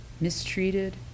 mistreated